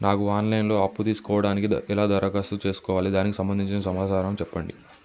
నాకు online లో అప్పు తీసుకోవడానికి ఎలా దరఖాస్తు చేసుకోవాలి దానికి సంబంధించిన సమాచారం చెప్పండి?